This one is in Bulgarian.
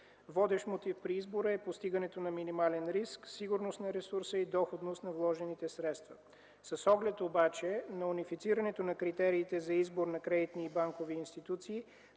Водещ мотив при избора е постигането на минимален риск, сигурност на ресурса и доходност на вложените средства. С оглед обаче на унифицирането на критериите за избор на кредитни и банкови институции,